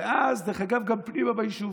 ואז, דרך אגב, גם פנימה ביישוב,